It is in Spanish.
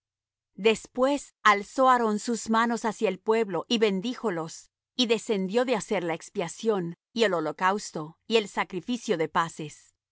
después alzó aarón sus manos hacia el pueblo y bendíjolos y descendió de hacer la expiación y el holocausto y el sacrificio de las paces